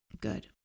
Good